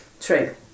True